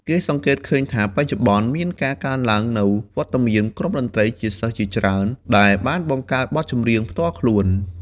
គេសង្កេតឃើញថាបច្ចុប្បន្នមានការកើនឡើងនូវវត្តមានក្រុមតន្ត្រីសិស្សជាច្រើនដែលបានបង្កើតបទចម្រៀងផ្ទាល់ខ្លួន។